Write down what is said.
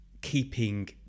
keeping